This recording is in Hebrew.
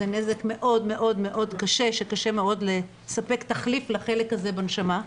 זה נזק מאוד מאוד קשה שקשה מאוד לספק תחליף לחלק הזה בנשמה.